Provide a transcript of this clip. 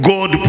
God